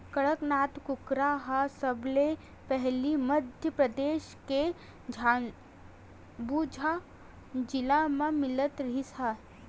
कड़कनाथ कुकरा ह सबले पहिली मध्य परदेस के झाबुआ जिला म मिलत रिहिस हे